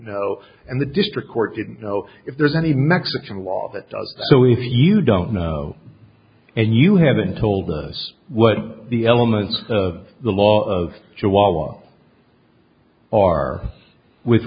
know and the district court didn't know if there's any mexican law that does so if you don't know and you haven't told us what the elements of the law of chihuahua are with